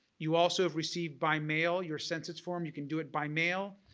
you also have received by mail your census form, you can do it by mail.